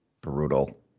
Brutal